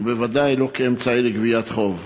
ובוודאי לא כאמצעי לגביית חוב.